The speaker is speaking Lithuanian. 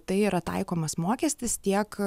tai yra taikomas mokestis tiek